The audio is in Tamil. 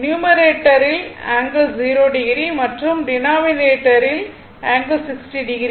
நியுமரேட்டரில் ∠0o மற்றும் டினாமினேட்டரில் ∠60o